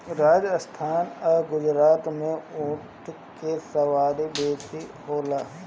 राजस्थान आ गुजरात में ऊँट के सवारी बेसी होला